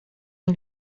nie